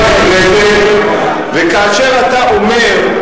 וכאשר אתה אומר,